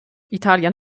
italien